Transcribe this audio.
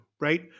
right